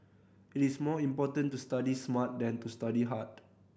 it is more important to study smart than to study hard